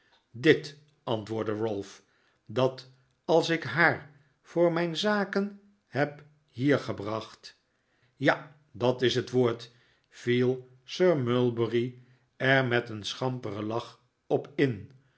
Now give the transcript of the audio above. dit antwoordde ralph dat als ik haar voor mijn zaken heb hier gebracht ja dat is het woord viel sir mulberry er met een schamperen lach op in